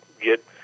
get